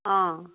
অঁ